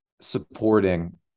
supporting